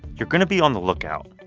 you're going to be on the lookout.